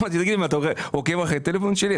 אמרתי: אתה עוקב אחרי הטלפון שלי?